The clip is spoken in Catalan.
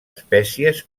espècies